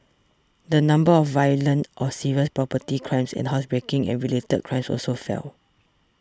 the number of violent or serious property crimes and housebreaking and related crimes also fell